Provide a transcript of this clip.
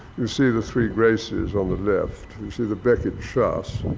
you see the three graces on the left, you see the becket chasse,